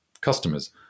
customers